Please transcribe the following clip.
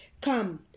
Come